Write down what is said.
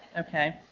okay.